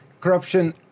corruption